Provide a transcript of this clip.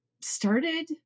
started